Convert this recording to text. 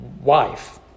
wife